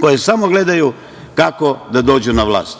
koje samo gledaju kako da dođu na vlast.